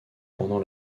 pendant